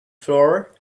flour